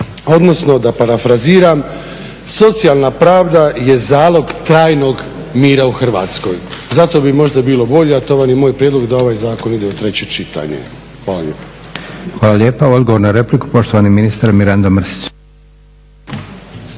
odnosno da parafraziram socijalna pravda je zalog trajnog mira u Hrvatskoj. Zato bi možda bilo bolje a to vam je i moj prijedlog da ovaj Zakon ide u treće čitanje. Hvala lijepa. **Leko, Josip (SDP)** Hvala lijepa. Odgovor na repliku, poštovani ministar Mirando Mrsić.